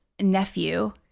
nephew